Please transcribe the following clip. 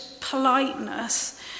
politeness